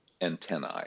antennae